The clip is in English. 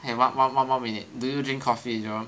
do yo~ okay one more minute do you drink coffee Jerome